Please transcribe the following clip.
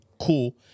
Cool